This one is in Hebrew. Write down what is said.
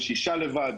יש אישה לבד,